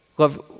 Love